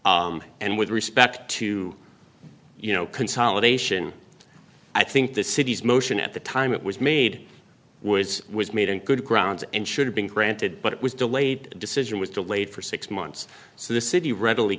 and with respect to you know consolidation i think the city's motion at the time it was made was was made in good grounds and should have been granted but it was delayed decision was delayed for six months so the city readily